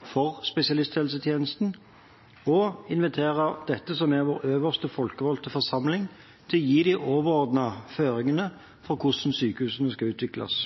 for spesialisthelsetjenesten og invitere det som er vår øverste folkevalgte forsamling, til å gi de overordnede føringene for hvordan sykehusene skal utvikles.